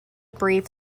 brief